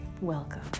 Welcome